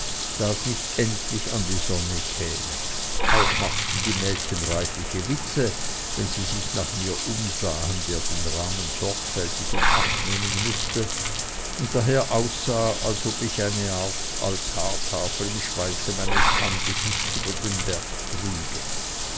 das nicht endlich an die sonne käme auch machten die mädchen reichliche witze wenn sie sich nach mir umsahen der den rahmen sorgfältig in acht nehmen mußte und daher aussah als ob ich eine altartafel im schweiße meines angesichts über den berg trüge